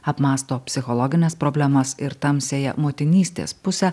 apmąsto psichologines problemas ir tamsiąją motinystės pusę